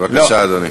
בבקשה, אדוני.